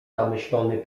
zamyślony